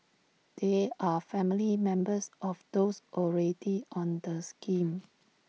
they are family members of those already on the scheme